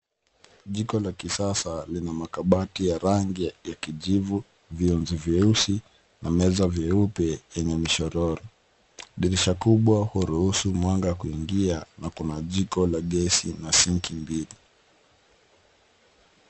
Jiko la kisasa lina makabati ya rangi ya kijivu, vyeunzi vyeusi na meza vyeupe yenye mshororo. Dirisha kubwa huruhusu mwanga kuingia na kuna jiko la gesi na sinki mbili.